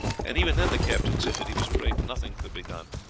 and even then the captain said that he was afraid nothing could be done.